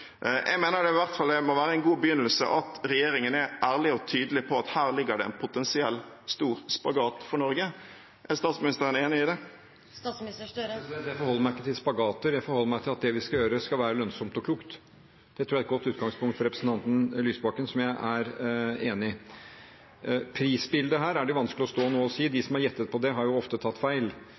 Jeg mener i hvert fall det må være en god begynnelse at regjeringen er ærlig og tydelig på at her ligger det en potensiell stor spagat for Norge. Er statsministeren enig i det? Jeg forholder meg ikke til spagater, jeg forholder meg til at det vi skal gjøre, skal være lønnsomt og klokt. Det tror jeg er et godt utgangspunkt fra representanten Lysbakken, som jeg er enig i. Prisbildet her er det vanskelig å stå nå og si noe om – de som har gjettet på det, har ofte tatt feil.